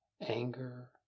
anger